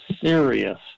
serious